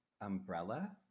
Umbrella